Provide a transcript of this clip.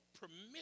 permission